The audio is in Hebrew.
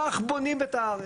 כך בונים את הארץ.